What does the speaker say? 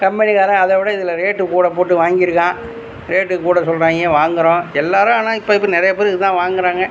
company காரன் அதோட இதில் ரேட்டு கூட போட்டு வாங்கியிருக்கான் ரேட்டு கூட சொல்றாங்க வாங்குறோம் எல்லாரும் ஆனா இப்போ நிறைய பேர் இப்போ இதுதான் வாங்குறாங்க